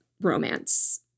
romance